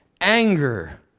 anger